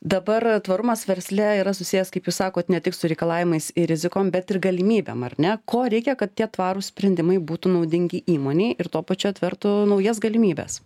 dabar tvarumas versle yra susijęs kaip jūs sakot ne tik su reikalavimais ir rizikom bet ir galimybėm ar ne ko reikia kad tie tvarūs sprendimai būtų naudingi įmonei ir tuo pačiu atvertų naujas galimybes